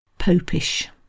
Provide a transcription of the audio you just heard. Popish